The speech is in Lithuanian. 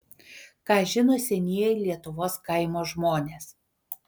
ką žino senieji lietuvos kaimo žmonės